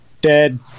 Dead